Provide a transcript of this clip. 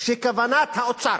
שכוונת האוצר